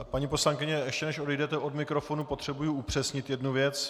Paní poslankyně, ještě než odejdete od mikrofonu, potřebuji upřesnit jednu věc.